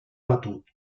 batut